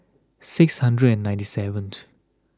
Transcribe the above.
six hundred and ninety seventh